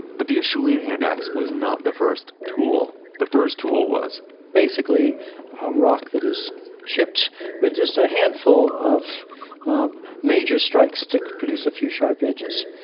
but the acheulean hand axe was not the first tool, the first tool was basically, a rock that is chipped with just a handful of um major strikes to produce a few sharp edges.